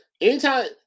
anytime